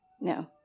no